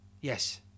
Yes